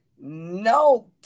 no